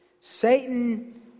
Satan